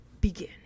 begin